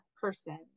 person